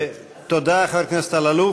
תודה, חבר הכנסת אלאלוף.